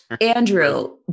Andrew